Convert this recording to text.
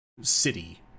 city